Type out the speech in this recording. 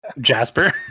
jasper